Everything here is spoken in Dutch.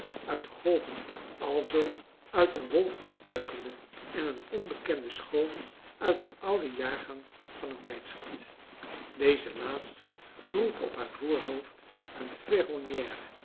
uit de golven alzoo uit een wolk opduikende en een onbekende schoone uit een ouden jaargang van een tijdschrift deze laatste droeg op haar voorhoofd een ferronière